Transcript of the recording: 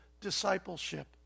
discipleship